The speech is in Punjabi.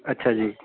ਅੱਛਾ ਜੀ